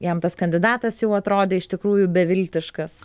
jam tas kandidatas jau atrodė iš tikrųjų beviltiškas